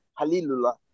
Halilullah